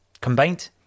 combined